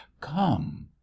come